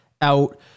out